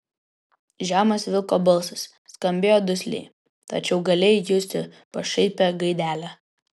žemas vilko balsas skambėjo dusliai tačiau galėjai justi pašaipią gaidelę